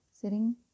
sitting